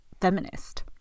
Feminist